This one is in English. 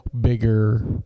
bigger